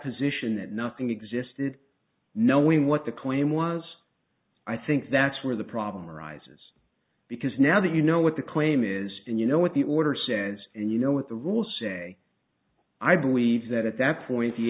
position that nothing existed knowing what the claim was i think that's where the problem arises because now that you know what the claim is did you know what the order says and you know what the rules say i believe that at that point the